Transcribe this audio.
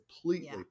completely